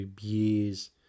years